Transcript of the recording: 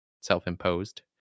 Self-imposed